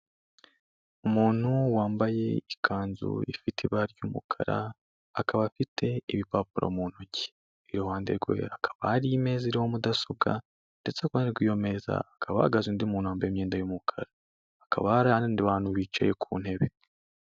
Umuntu wambaye ikanzu ifite ibara ry'umukara, akaba afite ibipapuro mu ntoki, iruhande rwe hakaba hari imeza iriho mudasobwa ndetse iruhande rw'iyo meza hakaba hahagaze undi muntu wambaye imyenda y'umukara, hakaba hari abandi bantu bicaye ku ntebe.